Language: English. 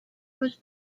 was